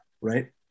right